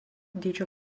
dydžio